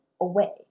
away